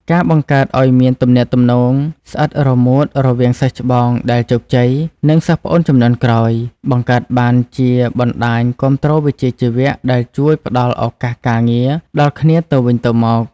ការបង្កើតឱ្យមានទំនាក់ទំនងស្អិតរមួតរវាងសិស្សច្បងដែលជោគជ័យ និងសិស្សប្អូនជំនាន់ក្រោយ បង្កើតបានជាបណ្ដាញគាំទ្រវិជ្ជាជីវៈដែលជួយផ្ដល់ឱកាសការងារដល់គ្នាទៅវិញទៅមក។